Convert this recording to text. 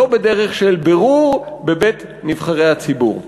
לא בדרך של בירור בבית נבחרי הציבור.